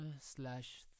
slash